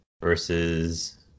versus